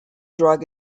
drug